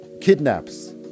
kidnaps